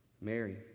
Mary